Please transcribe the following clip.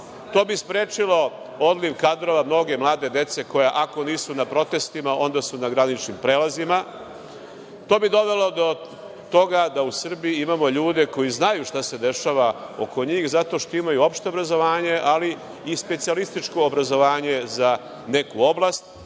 To bi sprečilo odliv kadrova mlade dece koja ako nisu na protestima onda su na graničnim prelazima. To bi dovelo do toga da u Srbiji imamo ljude koji znaju šta se dešava oko njih zato što imaju opšte obrazovanje, ali i specijalističko obrazovanje za neku oblast